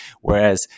Whereas